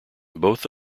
both